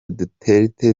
duterte